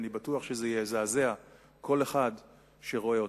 אני בטוח שזה יזעזע כל אחד שרואה אותם.